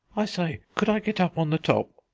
i say, could i get up on the top?